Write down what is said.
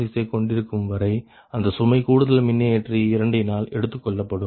76 ஐ கொண்டிருக்கும்வரை அந்த சுமை கூடுதல் மின்னியற்றி இரண்டினால் எடுத்துக்கொள்ளப்படும்